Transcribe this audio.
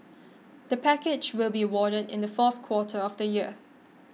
the package will be awarded in the fourth quarter of the year